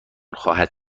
خواهد